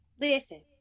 Listen